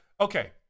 okay